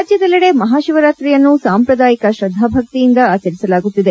ರಾಜ್ಯದಲ್ಲದೆ ಮಹಾಶಿವರಾತ್ರಿಯನ್ನು ಸಾಂಪ್ರದಾಯಿಕ ಶ್ರದ್ದಾಭಕ್ತಿಯಿಂದ ಆಚರಿಸಲಾಗುತ್ತಿದೆ